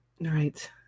right